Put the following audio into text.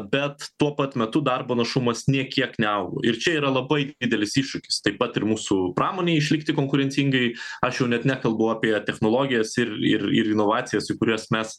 bet tuo pat metu darbo našumas nė kiek neaugo ir čia yra labai didelis iššūkis taip pat ir mūsų pramonei išlikti konkurencingai aš jau net nekalbu apie technologijas ir ir ir inovacijas į kurias mes